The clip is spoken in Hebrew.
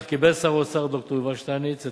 בכך קיבל שר האוצר ד"ר יובל שטייניץ את